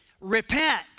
Repent